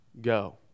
go